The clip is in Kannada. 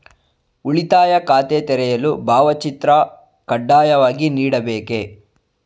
ಉಳಿತಾಯ ಖಾತೆ ತೆರೆಯಲು ಭಾವಚಿತ್ರ ಕಡ್ಡಾಯವಾಗಿ ನೀಡಬೇಕೇ?